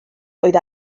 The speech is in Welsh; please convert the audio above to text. oedd